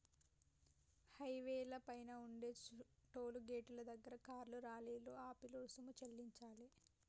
హైవేల పైన ఉండే టోలు గేటుల దగ్గర కార్లు, లారీలు ఆపి రుసుము చెల్లించాలే